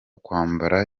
kwambara